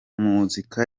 muzika